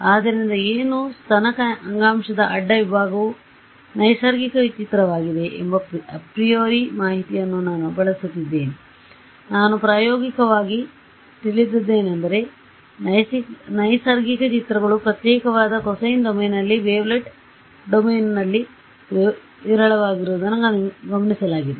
ಆದ್ದರಿಂದ ಏನು ಸ್ತನ ಅಂಗಾಂಶದ ಅಡ್ಡ ವಿಭಾಗವು ನೈಸರ್ಗಿಕ ಚಿತ್ರವಾಗಿದೆ ಎಂಬ ಅಪ್ರಿಯೋರಿ ಮಾಹಿತಿಯನ್ನು ನಾನು ಬಳಸುತ್ತಿದ್ದೇನೆ ನಾನು ಪ್ರಾಯೋಗಿಕವಾಗಿ ತಿಳಿದಿದ್ದೇನೆಂದರೆ ನೈಸರ್ಗಿಕ ಚಿತ್ರಗಳು ಪ್ರತ್ಯೇಕವಾದ ಕೊಸೈನ್ ಡೊಮೇನ್ನಲ್ಲಿ ವೇವ್ಲೇಟ್ ಡೊಮೇನ್ನಲ್ಲಿ ವಿರಳವಾಗಿರುವುದನ್ನು ಗಮನಿಸಲಾಗಿದೆ